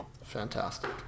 Fantastic